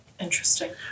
Interesting